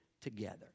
together